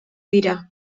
dira